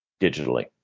Digitally